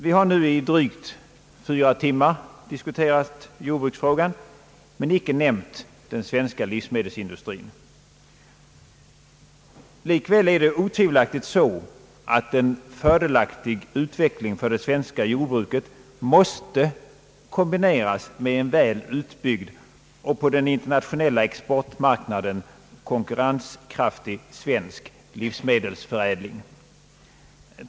Vi har nu i drygt fyra timmar diskuterat jordbruksfrågan, men den svenska livsmedelsindustrin har icke nämnts. Likväl är det otvivelaktigt så att en fördelaktig utveckling för det svenska jordbruket måste kombineras med en väl utbyggd och på den internationella exportmarknaden konkurrenskraftig svensk livsmedelsförädling.